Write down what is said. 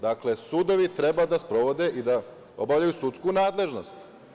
Dakle, sudovi treba da sprovode i da obavljaju sudsku nadležnost.